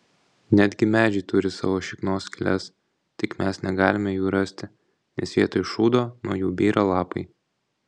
netgi medžiai turi savo šiknos skyles tik mes negalime jų rasti nes vietoj šūdo nuo jų byra lapai